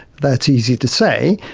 that's easy to say.